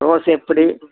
rose எப்படி